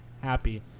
happy